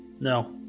No